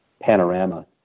panorama